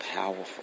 powerful